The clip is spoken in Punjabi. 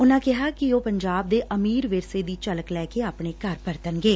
ਉਨੂਾ ਕਿਹਾ ਕਿ ਉਹ ਪੰਜਾਬ ਦੇ ਅਮੀਰ ਵਿਰਸੇ ਦੀ ਝਲਕ ਲੈ ਕੇ ਆਪਣੇ ਘਰ ਪਰਤਣਗੇ